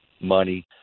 money